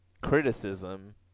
criticism